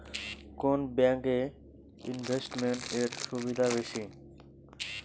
কোন ব্যাংক এ ইনভেস্টমেন্ট এর সুবিধা বেশি?